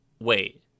Wait